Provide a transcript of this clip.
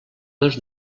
dos